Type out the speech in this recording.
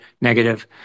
negative